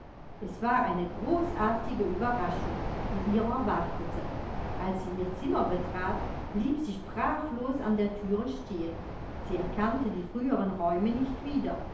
es war eine großartige ueberraschung die ihrer wartete als sie ihr zimmer betrat blieb sie sprachlos an der thüre stehen sie erkannte die früheren räume nicht wieder